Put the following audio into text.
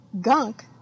gunk